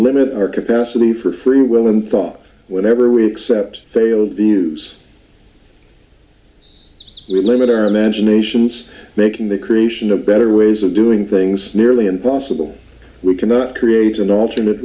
limit our capacity for free will and thought whenever we accept failed views really limit our imaginations making the creation of better ways of doing things nearly impossible we cannot create an alternate